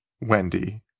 Wendy